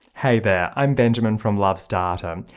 hey there! i'm benjamin from loves data.